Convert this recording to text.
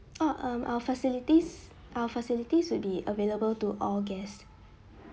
oh um err facilities our facilities will be available to all guests